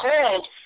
called